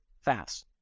fast